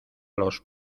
los